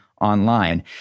online